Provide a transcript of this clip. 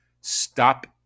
Stop